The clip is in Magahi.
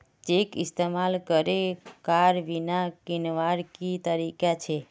चेक इस्तेमाल करे कार बीमा कीन्वार की तरीका छे?